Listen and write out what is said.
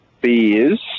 beers